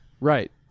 Right